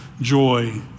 joy